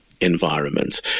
environment